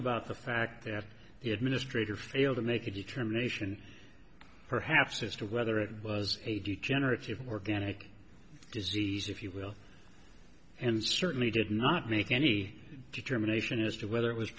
about the fact that the administrator failed to make a determination perhaps as to whether it was a degenerative organic disease if you will and certainly did not make any determination as to whether it was